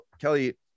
Kelly